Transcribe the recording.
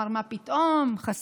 הוא אמר: מה פתאום חסינות?